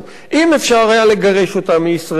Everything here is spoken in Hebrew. אם אפשר היה לגרש אותם מישראל,